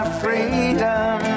freedom